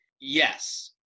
yes